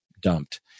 dumped